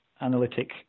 analytic